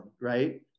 right